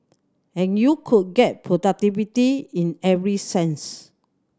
and you could get productivity in every sense